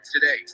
today